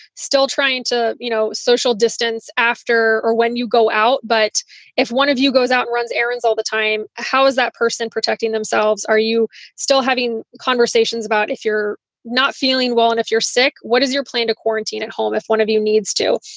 still trying to, you know, social distance after or when you go out. but if one of you goes out, runs errands all the time, how is that person protecting themselves? are you still having conversations about if you're not feeling well and if you're sick? what is your plan to quarantine at home if one of you needs to?